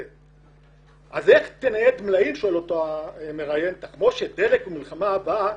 "אז איך תנייד מלאים" שואל אותו המראיין "במלחמה הבאה,